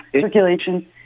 circulation